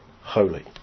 holy